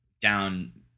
down